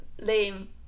Lame